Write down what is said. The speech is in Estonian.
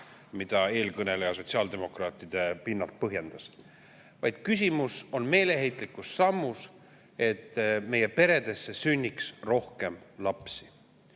mida eelkõneleja sotsiaaldemokraatide poolt põhjendas. Vaid küsimus oli meeleheitlikus sammus, et meie peredesse sünniks rohkem lapsi. See